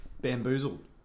bamboozled